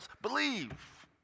Believe